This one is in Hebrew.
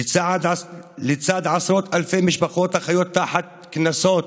לצד עשרות אלפי משפחות החיות תחת קנסות,